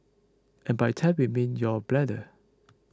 and by tank we mean your bladder